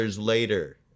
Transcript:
later